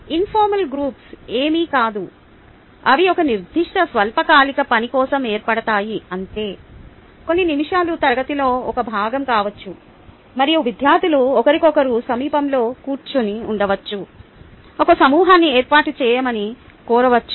informal groups ఏమీ కాదు అవి ఒక నిర్దిష్ట స్వల్పకాలిక పని కోసం ఏర్పడతాయి అంతే కొన్ని నిమిషాలు తరగతిలో ఒక భాగం కావచ్చు మరియు విద్యార్థులు ఒకరికొకరు సమీపంలో కూర్చొని ఉండొచ్చు ఒక సమూహాన్ని ఏర్పాటు చేయమని కోరవచ్చు